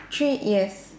three yes